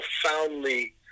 profoundly